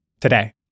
Today